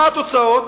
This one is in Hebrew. מה התוצאות?